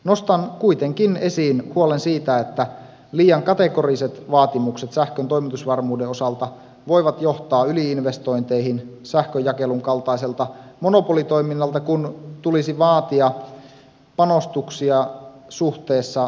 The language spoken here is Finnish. nostan kuitenkin esiin huolen siitä että liian kategoriset vaatimukset sähkön toimitusvarmuuden osalta voivat johtaa yli investointeihin sähkönjakelun kaltaiselta monopolitoiminnalta kun tulisi vaatia panostuksia suhteessa saavutettavaan hyötyyn